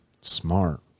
smart